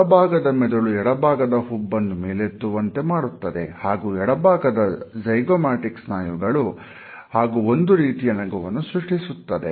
ಬಲಭಾಗದ ಮೆದುಳು ಎಡಭಾಗದ ಹುಬ್ಬನ್ನು ಮೇಲೆತ್ತುವಂತೆ ಮಾಡುತ್ತದೆ ಹಾಗೂ ಎಡಭಾಗದ ಜೈಗೋಮ್ಯಾಟಿಕಸ್ ಸ್ನಾಯುಗಳು ಹಾಗೂ ಒಂದು ರೀತಿಯ ನಗುವನ್ನು ಸೃಷ್ಟಿಸುತ್ತದೆ